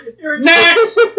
Next